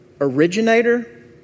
originator